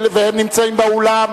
והם נמצאים באולם,